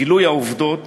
גילוי העובדות